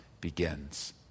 begins